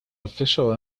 official